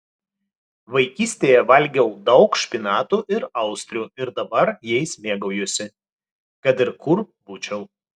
vaikystėje valgiau daug špinatų ir austrių ir dabar jais mėgaujuosi kad ir kur būčiau